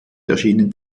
erschienen